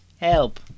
help